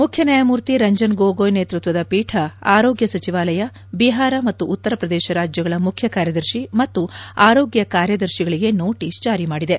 ಮುಖ್ಯ ನ್ಯಾಯಮೂರ್ತಿ ರಂಜನ್ ಗೊಗೊಯ್ ನೇತೃತ್ವದ ಪೀಠ ಆರೋಗ್ಯ ಸಚಿವಾಲಯ ಬಿಹಾರ ಮತ್ತು ಉತ್ತರ ಪ್ರದೇಶ ರಾಜ್ಯಗಳ ಮುಖ್ಯ ಕಾರ್ಯದರ್ಶಿ ಮತ್ತು ಆರೋಗ್ಯ ಕಾರ್ಯದರ್ಶಿಗಳಿಗೆ ನೋಟಿಸ್ ಜಾರಿಮಾದಿದೆ